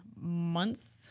months